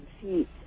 feet